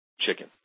chicken